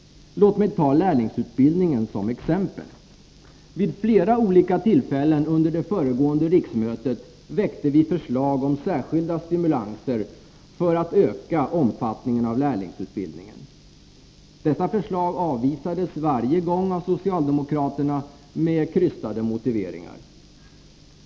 Låt mig ta lärlingsutbildningen som exempel. Vid flera olika tillfällen under det föregående riksmötet väckte vi förslag om särskilda stimulanser för att öka omfattningen på lärlingsutbildningen. Dessa förslag avvisades varje gång av socialdemokraterna med krystade motiveringar.